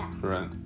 right